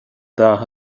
dath